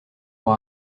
pour